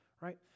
Right